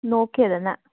knock ꯈꯦꯗꯅ